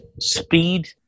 speed